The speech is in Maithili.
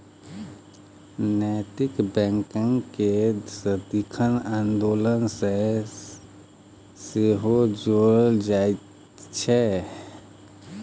नैतिक बैंककेँ सदिखन आन्दोलन सँ सेहो जोड़ल जाइत छै